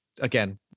again